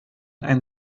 ein